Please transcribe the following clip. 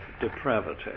depravity